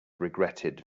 regretted